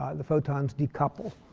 the photons decouple.